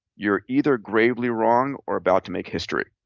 you're either gravely wrong or about to make history.